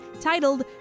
titled